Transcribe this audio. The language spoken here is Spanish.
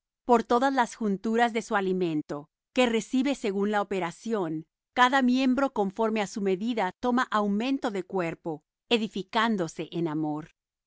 por todas las junturas de su alimento que recibe según la operación cada miembro conforme á su medida toma aumento de cuerpo edificándose en amor